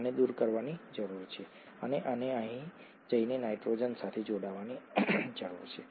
આને દૂર કરવાની જરૂર છે અને આને અહીં જઈને નાઇટ્રોજન સાથે જોડાવાની જરૂર છે